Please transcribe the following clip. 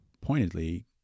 pointedly